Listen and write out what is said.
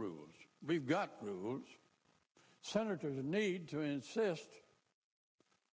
rules we've got senators a new insist